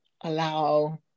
allow